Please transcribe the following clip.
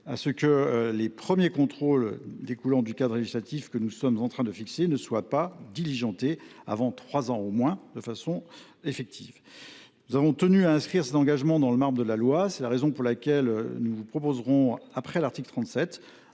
à ce que les premiers contrôles découlant du cadre législatif que nous sommes en train de fixer ne soient pas diligentés avant au moins trois ans de façon effective. Nous avons tenu à inscrire cet engagement dans le marbre de la loi. C’est la raison pour laquelle nous proposerons un amendement